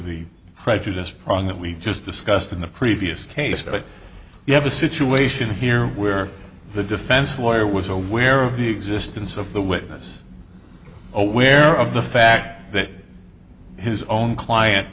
the prejudice prong that we just discussed in the previous case but you have a situation here where the defense lawyer was aware of the existence of the witness aware of the fact that his own client